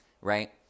right